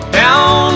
down